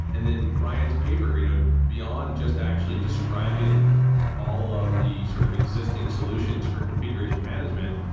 and then brian's paper you know and beyond just actually describing all of the sort of existing solutions for configuration management,